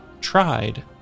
tried